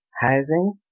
housing